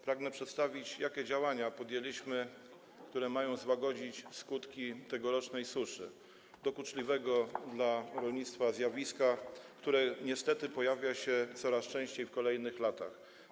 Pragnę przedstawić, jakie podjęliśmy działania, które mają złagodzić skutki tegorocznej suszy, dokuczliwego dla rolnictwa zjawiska, które niestety pojawia się coraz częściej w kolejnych latach.